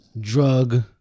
drug